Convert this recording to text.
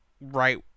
right